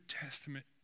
Testament